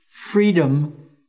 Freedom